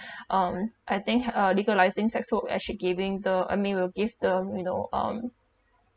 um I think h~ uh legalising sex work will actually giving the I mean will give them you know um